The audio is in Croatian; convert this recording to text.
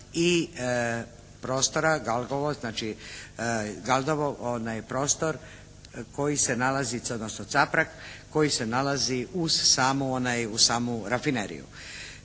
i prostora Galdovo, znači Galdovo onaj prostor koji se nalazi odnosno Caprag koji se nalazi uz samu rafineriju.